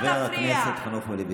בכל רגע נתון ומכל, חבר הכנסת מלביצקי.